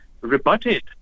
rebutted